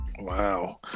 Wow